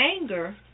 Anger